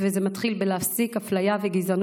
וזה מתחיל בלהפסיק אפליה וגזענות.